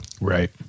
Right